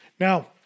Now